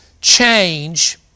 change